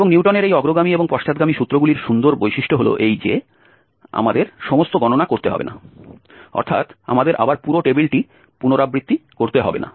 এবং নিউটনের এই অগ্রগামী এবং পশ্চাৎগামী সূত্রগুলির সুন্দর বৈশিষ্ট্য হল এই যে আমাদের সমস্ত গণনা করতে হবে না অর্থাৎ আমাদের আবার পুরো টেবিলটি পুনরাবৃত্তি করতে হবে না